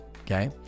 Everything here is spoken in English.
okay